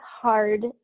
hard